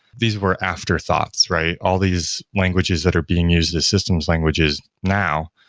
these were after-thoughts, right? all these languages that are being used as systems languages now,